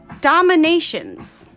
dominations